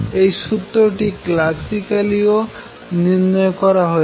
এই সূত্রটি ক্লাসিক্যালি ও নির্ণয় করা হয়েছে